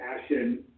passion